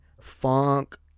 funk